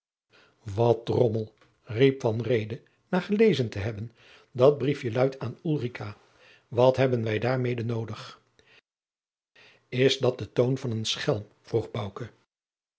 wat drommel riep van reede na gelezen te hebben dat briefje luidt aan ulrica wat hebben wij daarmede noodig is dat de toon van een schelm vroeg